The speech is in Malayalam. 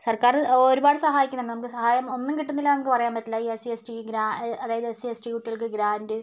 സർക്കാർ ഒരുപാട് സഹായിക്കുന്നുണ്ട് നമുക്ക് സഹായം സഹായം ഒന്നും കിട്ടുന്നില്ലയെന്നു നമുക്ക് പറയാൻ പറ്റില്ല ഈ എസ് സി എസ് ടി അതായത് എസ് സി എസ് ടി കുട്ടികൾക്ക് ഗ്രാൻഡ്